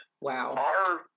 Wow